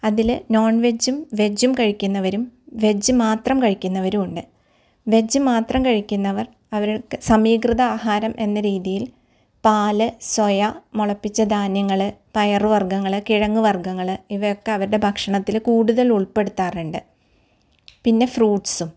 അതിൽ നോൺ വെജ്ജും വെജ്ജും കഴിക്കുന്നവരും വെജ് മാത്രം കഴിക്കുന്നവരും ഉണ്ട് വെജ് മാത്രം കഴിക്കുന്നവർ അവർക്ക് സമീകൃത ആഹാരം എന്ന രീതിയിൽ പാൽ സോയ മുളപ്പിച്ച ധാന്യങ്ങൾ പയർ വർഗ്ഗങ്ങൾ കിഴങ്ങ് വർഗ്ഗങ്ങൾ ഇവയൊക്കെ അവരുടെ ഭക്ഷണത്തിൽ കൂടുതൽ ഉൾപ്പെടുത്താറുണ്ട് പിന്നെ ഫ്രൂട്സ്സും